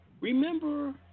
Remember